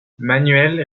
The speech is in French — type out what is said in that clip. manuel